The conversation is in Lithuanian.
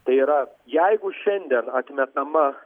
tai yra jeigu šiandien atmetama